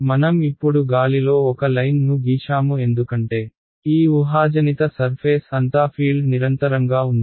మనం ఇప్పుడు గాలిలో ఒక లైన్ ను గీశాము ఎందుకంటే ఈ ఊహాజనిత సర్ఫేస్ అంతా ఫీల్డ్ నిరంతరంగా ఉంది